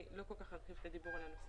אני לא כל כך ארחיב את הדיבור על כך.